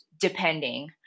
depending